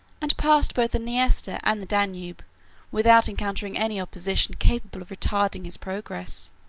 and passed both the niester and the danube without encountering any opposition capable of retarding his progress.